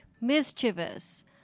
mischievous